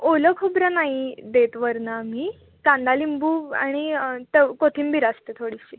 ओलं खोबरं नाही देत वरूनआम्ही कांदा लिंबू आणि तर कोथिंबिर असते थोडीशी